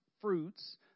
fruits